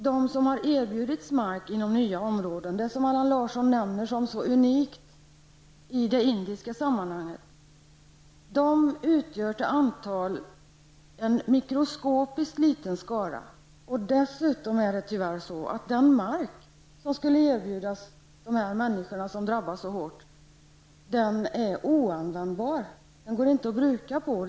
De som har erbjudits mark inom nya områden -- det som Allan Larsson benämner som unikt i indiska sammanhang -- utgör till antalet en mikroskopiskt liten skara. Dessutom är den mark som har erbjudits dessa människor som har drabbats så hårt oanvändbar. Det går inte att bruka marken.